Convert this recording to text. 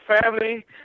family